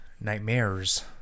Nightmares